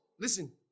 listen